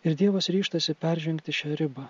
ir dievas ryžtasi peržengti šią ribą